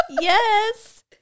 Yes